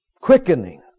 Quickening